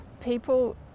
People